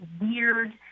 weird